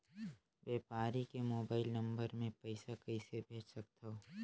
व्यापारी के mobile number मे पईसा कइसे भेज सकथव?